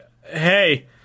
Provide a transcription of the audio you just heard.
hey